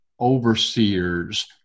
overseers